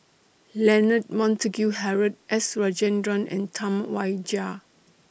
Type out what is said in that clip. Leonard Montague Harrod S Rajendran and Tam Wai Jia